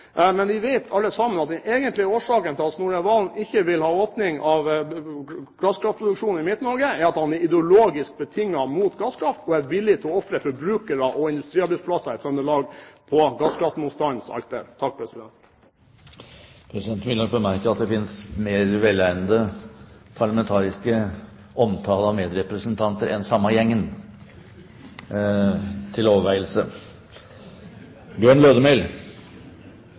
men vi vet alle sammen at den egentlige årsaken til at Snorre Serigstad Valen ikke vil ha åpning av gasskraftproduksjon i Midt-Norge, er at han er, ideologisk betinget, imot gasskraft, og er villig til å ofre forbrukere og industriarbeidsplasser i Trøndelag på gasskraftmotstandens alter. Presidenten vil nok bemerke at det finnes mer velegnede parlamentariske omtaler av medrepresentanter enn «den samme gjengen» – til